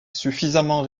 suffisamment